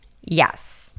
Yes